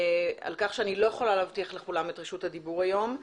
על כך שאני לא יכולה להבטיח לכולם את רשות הדיבור היום.